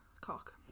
cock